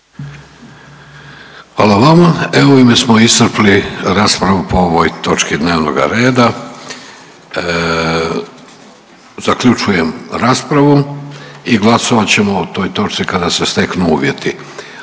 Hvala vama. Evo ovime smo iscrpili raspravu po ovoj točki dnevnoga rada. Zaključujem raspravu i glasovat ćemo o toj točci kada se steknu uvjeti.